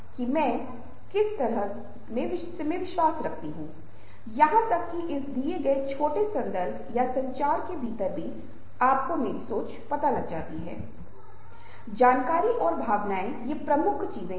तो यहाँ हम कह सकते हैं कि नोबल एक सच्चा आस्तिक है जो संचार संपर्क में एक माध्यमिक भूमिका निभाने के लिए स्वयं की व्यक्तिगत भावनाओं की अपेक्षा करता है